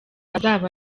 zaba